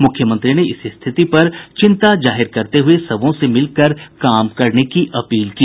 मुख्यमंत्री ने इस स्थिति पर चिंता जाहिर करते हुये सबों से मिलकर काम करने की अपील की